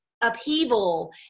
upheaval